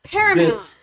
Paramount